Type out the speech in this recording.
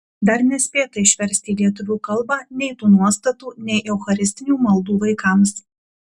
dar nespėta išversti į lietuvių kalbą nei tų nuostatų nei eucharistinių maldų vaikams